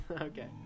Okay